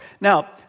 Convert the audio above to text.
Now